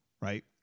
right